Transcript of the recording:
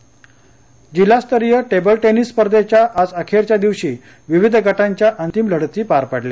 table tennis जिल्हास्तरीय विल निस स्पर्धेच्या आज अखेरच्या दिवशी विविध गाव्या अंतिम लढती पार पडल्या